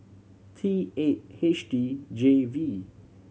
T eight H D J V